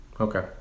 Okay